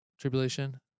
tribulation